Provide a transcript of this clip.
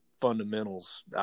fundamentals